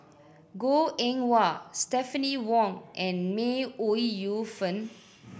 Goh Eng Wah Stephanie Wong and May Ooi Yu Fen